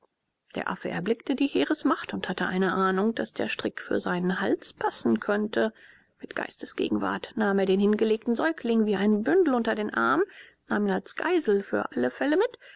der affe erblickte die heeresmacht und hatte eine ahnung daß der strick für seinen hals passen könne mit geistesgegenwart nahm er den hingelegten säugling wie ein bündel unter den arm nahm ihn als geisel für alle fälle mit